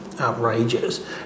outrageous